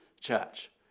church